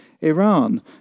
Iran